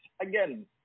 again